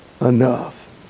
enough